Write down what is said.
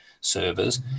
servers